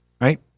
right